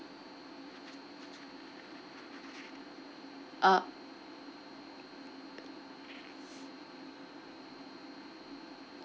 uh